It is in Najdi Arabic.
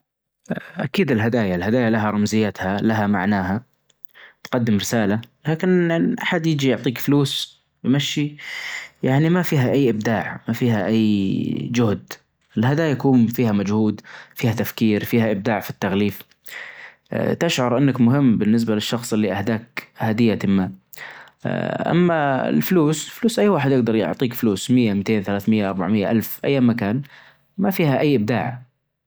اكيد الهدايا الهدايا لها رمزيتها لها معناها تقدم رسالة لكن ان احد يجي يعطيك فلوس ويمشي يعني ما فيها اي ابداع ما فيها اي جهد الهدايا يكون فيها مجهود فيها تفكير فيها ابداع في التغليف تشعر انك مهم بالنسبة للشخص اللي اهداك هدية ما اما الفلوس الفلوس اي واحد يجدر يعطيك فلوس مئة مئتين ثلاث مئة اربع مئة الف ايا ما كان ما فيها اي ابداع.